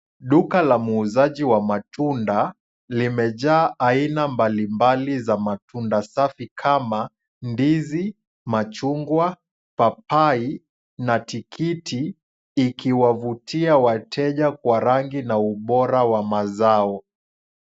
Duka la muuzaji wa matunda, limejaa aina mbalimbali za matunda safi kama ndizi, machungwa, papai na tikiti, ikiwavutia wateja kwa rangi na ubora wa mazao.